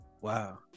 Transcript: Wow